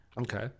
okay